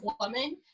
woman